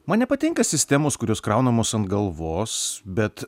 man nepatinka sistemos kurios kraunamos ant galvos bet